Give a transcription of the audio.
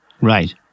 Right